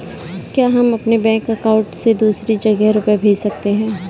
क्या हम अपने बैंक अकाउंट से दूसरी जगह रुपये भेज सकते हैं?